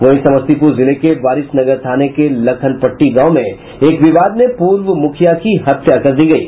वहीं समस्तीपुर जिले के बारिशनगर थाने के लखनपट्टी गांव में एक विवाद में पूर्व मुखिया की हत्या कर दी गयी